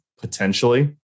Potentially